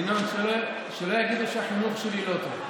ינון, שלא יגידו שהחינוך שלי לא טוב.